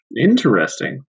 Interesting